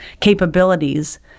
capabilities